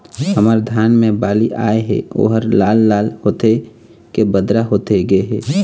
हमर धान मे बाली आए हे ओहर लाल लाल होथे के बदरा होथे गे हे?